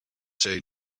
say